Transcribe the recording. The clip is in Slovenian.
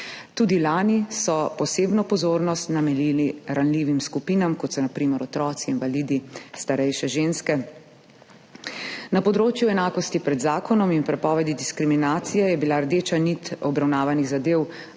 Tudi lani so posebno pozornost namenili ranljivim skupinam, kot so na primer otroci, invalidi, starejše ženske. Na področju enakosti pred zakonom in prepovedi diskriminacije je bila rdeča nit obravnavanih zadev